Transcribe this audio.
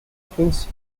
prince